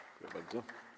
Dziękuję bardzo.